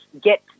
get